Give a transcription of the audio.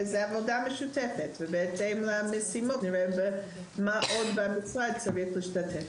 זאת עבודה משותפת ובהתאם למשימות נראה איך עוד המשרד צריך להשתתף.